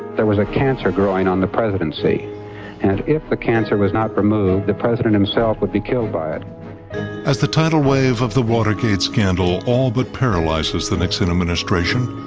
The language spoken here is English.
there was a cancer growing on the presidency and if the cancer was not removed the president himself would be killed by it. narrator as the tidal wave of the watergate scandal all but paralyzes the nixon administration,